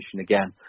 again